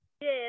Yes